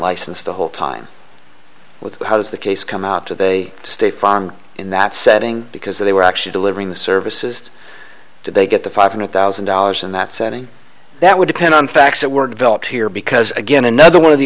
licensed the whole time with how does the case come out to they stay farm in that setting because they were actually delivering the services they get the five hundred thousand dollars in that setting that would depend on facts that were developed here because again another one of the